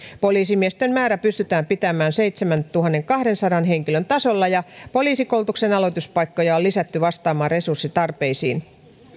poliisimiesten määrä pystytään pitämään seitsemäntuhannenkahdensadan henkilön tasolla ja poliisikoulutuksen aloituspaikkoja on lisätty vastaamaan resurssitarpeisiin